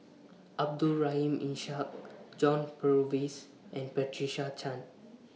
Abdul Rahim Ishak John Purvis and Patricia Chan